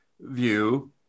view